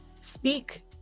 speak